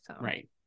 Right